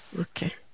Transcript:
Okay